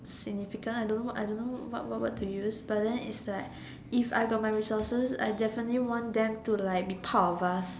significant I don't know I don't know what word to use but then is like if I got the resources I definitely want them to be part of us